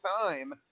time